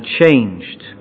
changed